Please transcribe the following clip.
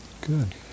Good